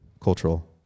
cultural